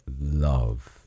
love